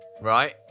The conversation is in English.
right